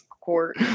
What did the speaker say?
court